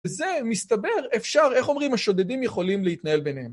וזה מסתבר אפשר, איך אומרים השודדים יכולים להתנהל ביניהם?